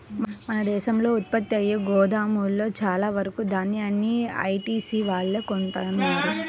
మన దేశంలో ఉత్పత్తయ్యే గోధుమలో చాలా వరకు దాన్యాన్ని ఐటీసీ వాళ్ళే కొంటన్నారు